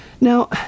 Now